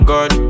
God